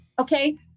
okay